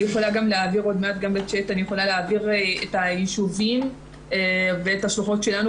אני יכולה להעביר לכם את שמות הישובים שבהם נמצאות השלוחות שלנו.